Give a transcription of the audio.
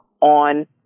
on